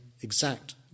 exact